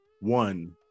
one